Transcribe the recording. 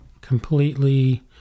completely